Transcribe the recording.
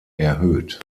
erhöht